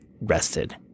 rested